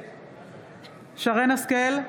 נגד שרן מרים השכל,